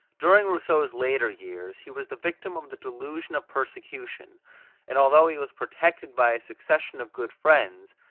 during rousseau's later years he was the victim of the delusion of persecution and although he was protected by a succession of good friends,